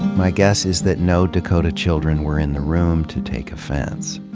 my guess is that no dakota children were in the room to take offense.